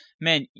man